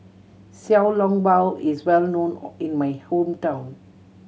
Xiao Long Bao is well known in my hometown